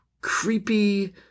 creepy